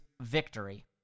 victory